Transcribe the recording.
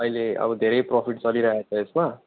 अहिले अब धेरै प्रोफिट चलिरहेको छ यसमा